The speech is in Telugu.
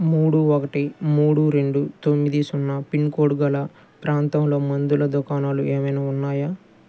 మూడు ఒకటి మూడు రెండు తొమ్మిది సున్నా పిన్ కోడ్ గల ప్రాంతంలో మందుల దుకాణాలు ఏమైనా ఉన్నాయా